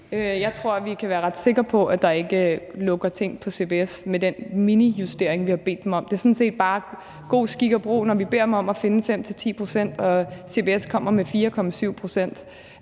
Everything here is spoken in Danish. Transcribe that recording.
Jeg tror, vi kan være ret sikre på, at der ikke lukker ting på CBS med den minijustering, vi har bedt dem om. Det er sådan set bare god skik og brug, at når vi beder dem om at finde 5-10 pct. og CBS så kommer med 4,7